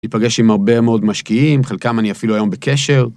ניפגש עם הרבה מאוד משקיעים, חלקם אני אפילו היום בקשר.